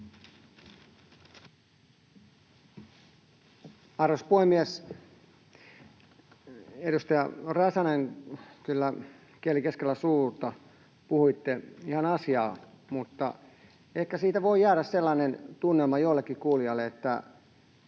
Arvoisa puhemies! Edustaja Räsänen, kyllä kieli keskellä suuta puhuitte ihan asiaa, mutta ehkä siitä voi jäädä sellainen tunnelma jollekin kuulijalle, että